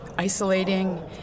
isolating